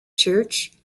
church